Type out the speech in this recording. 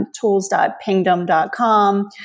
tools.pingdom.com